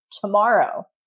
tomorrow